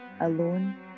Alone